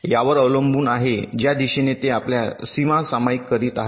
यावर अवलंबून आहे ज्या दिशेने ते आपल्या सीमा सामायिक करीत आहेत